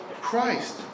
Christ